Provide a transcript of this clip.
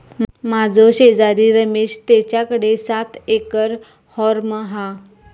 माझो शेजारी रमेश तेच्याकडे सात एकर हॉर्म हा